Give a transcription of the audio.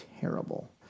terrible